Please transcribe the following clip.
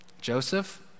Joseph